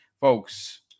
folks